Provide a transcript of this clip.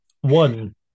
One